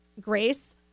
Grace